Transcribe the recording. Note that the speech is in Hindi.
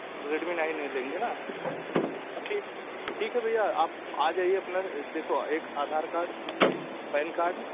रेडमी नाइन ए लेंगे ना ठीक ठीक है भैया आप आ जाइए अपना देखो एक अधार कार्ड पैन कार्ड